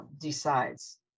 decides